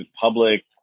public